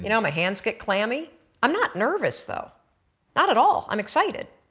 you know my hands get clammy i'm not nervous though not at all i'm excited.